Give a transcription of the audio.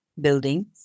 buildings